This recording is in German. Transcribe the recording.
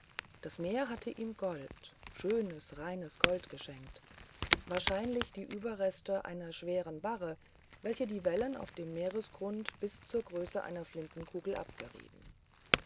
das meer hatte ihm gold schönes reines gold geschenkt wahrscheinlich die überreste einer schweren barre welche die wellen auf dem meeresgrund bis zur größe einer flintenkugel abgerieben